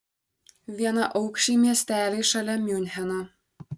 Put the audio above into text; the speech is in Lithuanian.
vienaaukščiai miesteliai šalia miuncheno